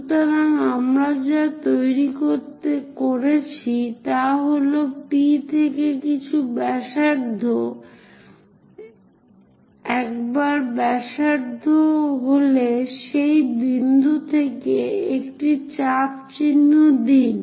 সুতরাং আমরা যা তৈরি করেছি তা হল P থেকে কিছু ব্যাসার্ধ একবার ব্যাসার্ধ হলে সেই বিন্দু থেকে একটি চাপ চিহ্ন দিন